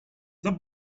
the